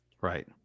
Right